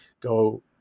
go